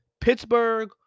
Pittsburgh